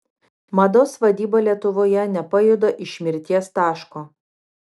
mados vadyba lietuvoje nepajuda iš mirties taško